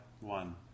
one